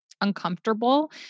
uncomfortable